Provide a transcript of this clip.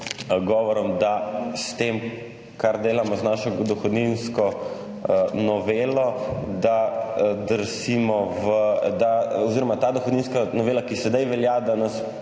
govorom, da s tem, kar delamo z našo dohodninsko novelo, da drsimo v, da oziroma ta dohodninska novela, ki sedaj velja, da nas